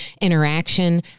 interaction